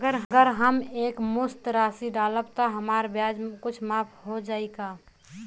अगर हम एक मुस्त राशी डालब त हमार ब्याज कुछ माफ हो जायी का?